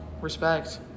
Respect